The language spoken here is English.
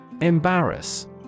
Embarrass